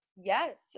Yes